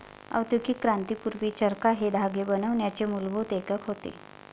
औद्योगिक क्रांती पूर्वी, चरखा हे धागे बनवण्याचे मूलभूत एकक होते